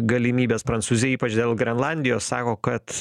galimybės prancūzija ypač dėl grenlandijos sako kad